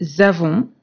avons